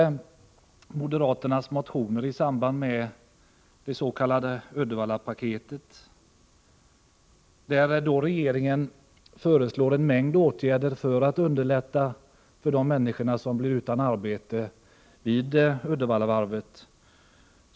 Moderaterna har lagt fram motioner i samband med dets.k. Uddevallapaketet, i vilket regeringen föreslår en mängd åtgärder för att underlätta för de människor som blir utan arbete vid Uddevallavarvet.